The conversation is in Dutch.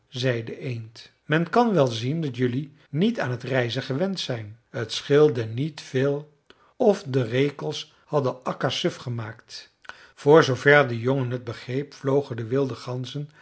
zei de eend men kan wel zien dat jelui niet aan t reizen gewend zijn t scheelde niet veel of de rekels hadden akka suf gemaakt voor zoover de jongen t begreep vlogen de wilde ganzen